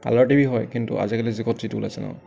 colour TV হয় কিন্তু আজিকালি যি গতিত ওলাইছে সেইটো নহয়